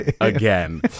again